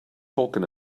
talking